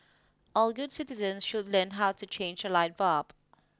all good citizens should learn how to change a light bulb